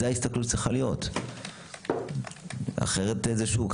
זו ההסתכלות שצריכה להיות, אחרת זה שוק.